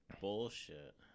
bullshit